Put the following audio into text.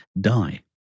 die